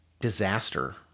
disaster